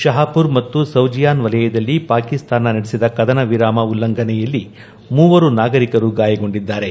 ಶಹಪುರ್ ಮತ್ತು ಸೌಜಿಯಾನ್ ವಲಯದಲ್ಲಿ ಪಾಕಿಸ್ತಾನ ನಡೆಸಿದ ಕದನ ವಿರಾಮ ಉಲ್ಲಂಘನೆಯಲ್ಲಿ ಮೂವರು ನಾಗರಿಕರು ಗಾಯಗೊಂಡಿದ್ದಾರೆ